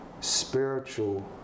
spiritual